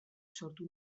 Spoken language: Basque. sortu